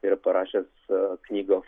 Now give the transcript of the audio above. yra parašęs knygą